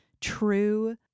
true